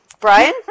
Brian